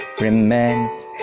remains